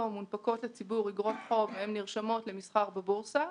מונפקות לציבור אגרות חוב שנרשמות למסחר בבורסה,